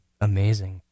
amazing